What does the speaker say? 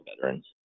veterans